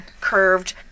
curved